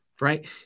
right